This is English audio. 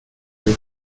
dil